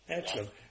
Excellent